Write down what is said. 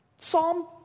Psalm